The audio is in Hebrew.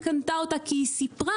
אסם קנתה אותה כי היא סיפרה,